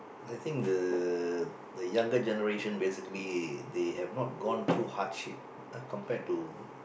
I think the younger generation basically they have not gone through hardship ah compared to